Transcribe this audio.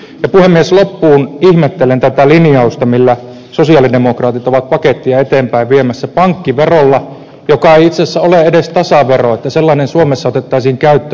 loppuun ihmettelen tätä linjausta millä sosialidemokraatit ovat pakettia eteenpäin viemässä että pankkivero joka ei itse asiassa ole edes tasavero suomessa otettaisiin käyttöön